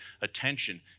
attention